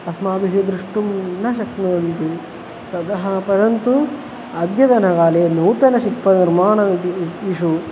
अस्माभिः द्रष्टुं न शक्नुवन्ति ततः परन्तु अद्यतनकाले नूतनं शिल्पनिर्माणमिति रितिषु